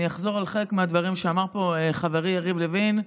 אני אחזור על חלק מהדברים שאמר פה חברי יריב לוין,